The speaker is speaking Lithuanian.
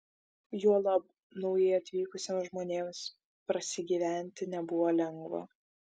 juolab naujai atvykusiems žmonėms prasigyventi nebuvo lengva